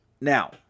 Now